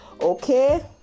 okay